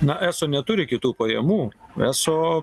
na eso neturi kitų pajamų eso